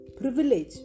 privilege